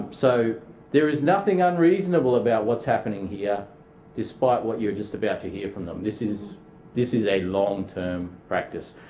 um so there is nothing unreasonable about what's happening here despite what you're just about to hear from them. this is this is a long term practice.